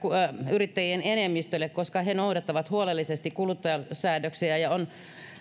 yrittäjien enemmistölle koska he noudattavat huolellisesti kuluttajasäädöksiä ja on